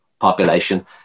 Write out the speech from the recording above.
population